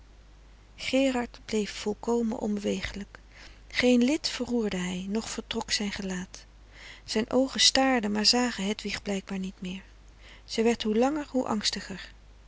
gerard bleef volkomen onbewegelijk geen lid verroerde hij noch vertrok zijn gelaat zijn oogen staarden maar zagen hedwig blijkbaar niet meer zij werd hoe langer hoe angstiger